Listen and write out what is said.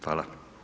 Hvala.